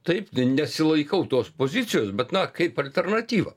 taip nesilaikau tos pozicijos bet na kaip alternatyvą